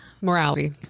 morality